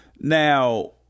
now